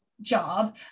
job